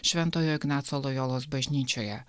šventojo ignaco lojolos bažnyčioje